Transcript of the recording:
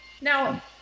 Now